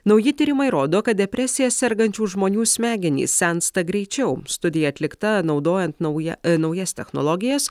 nauji tyrimai rodo kad depresija sergančių žmonių smegenys sensta greičiau studija atlikta naudojant naują naujas technologijas